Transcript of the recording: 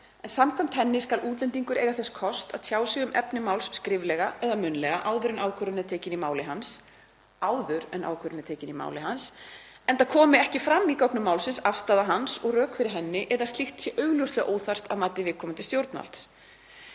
en samkvæmt henni skal útlendingur eiga þess kost að tjá sig um efni máls skriflega eða munnlega áður en ákvörðun er tekin í máli hans, enda komi ekki fram í gögnum málsins afstaða hans og rök fyrir henni eða slíkt sé augljóslega óþarft að mati viðkomandi stjórnvalds.